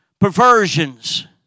perversions